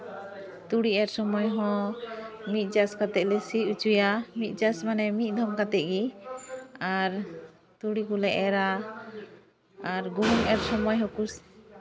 ᱛᱩᱲᱤ ᱮᱨ ᱥᱚᱢᱚᱭ ᱦᱚᱸ ᱢᱤᱫ ᱪᱟᱥ ᱠᱟᱛᱮᱫ ᱞᱮ ᱥᱤ ᱦᱚᱪᱚᱭᱟ ᱢᱤᱫ ᱪᱟᱥ ᱢᱟᱱᱮ ᱢᱤᱫ ᱫᱚᱢ ᱠᱟᱛᱮᱫ ᱜᱮ ᱟᱨ ᱛᱩᱲᱤ ᱠᱚᱞᱮ ᱮᱨᱼᱟ ᱟᱨ ᱜᱚᱦᱩᱢ ᱮᱨ ᱥᱚᱢᱚᱭ ᱦᱚᱸᱠᱚ